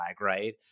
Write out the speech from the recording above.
right